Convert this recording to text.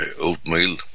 oatmeal